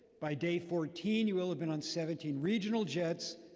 by day fourteen, you will have been on seventeen regional jets.